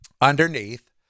underneath